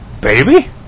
baby